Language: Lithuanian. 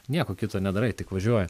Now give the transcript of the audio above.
nieko kito nedarai tik važiuoji